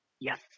Yes